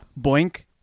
boink